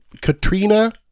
katrina